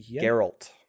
Geralt